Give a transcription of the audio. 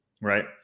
right